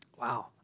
Wow